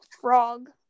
Frog